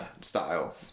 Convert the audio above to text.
style